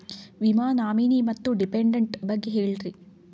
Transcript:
ವಿಮಾ ನಾಮಿನಿ ಮತ್ತು ಡಿಪೆಂಡಂಟ ಬಗ್ಗೆ ಹೇಳರಿ?